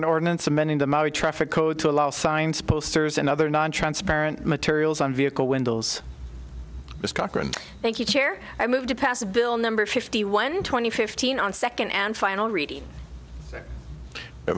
an ordinance amending the maori traffic code to allow signs posters and other nontransparent materials on vehicle windles this cochran thank you chair i moved to pass a bill number fifty one twenty fifteen on second and final reading